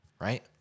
Right